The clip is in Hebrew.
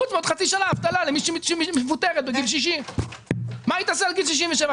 חוץ מעוד חצי שנה אבטלה למי שמפוטרת בגיל 60. מה היא תעשה עד גיל 67?